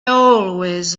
always